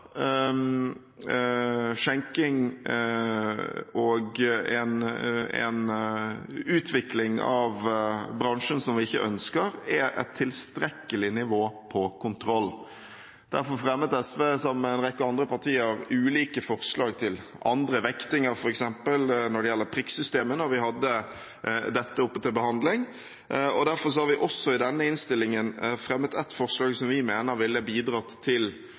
skjenking og en utvikling av bransjen som vi ikke ønsker, er et tilstrekkelig nivå av kontroll. Derfor fremmet SV, sammen med en rekke andre partier, ulike forslag til andre vektinger, f.eks. når det gjelder prikksystemet, da vi hadde dette oppe til behandling. Derfor har vi også i denne innstillingen fremmet et forslag som vi mener ville bidratt til